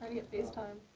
get face time.